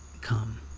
come